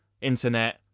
internet